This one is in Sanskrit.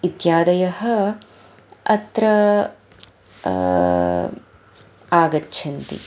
इत्यादयः अत्र आगच्छन्ति